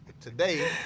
today